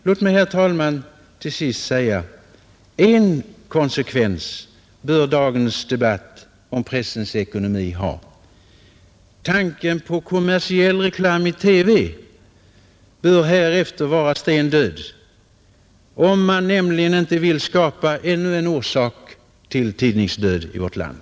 Låt mig, herr talman, till sist säga: En konsekvens bör dagens debatt om pressens ekonomi ha, Tanken på kommersiell reklam i TV bör härefter vara stendöd — om man inte vill skapa ännu en orsak till tidningsdöd i vårt land,